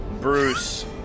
Bruce